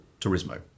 Turismo